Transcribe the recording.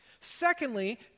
Secondly